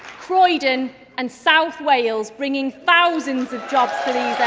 croydon and south wales, bringing thousands of jobs to the